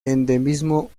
endemismo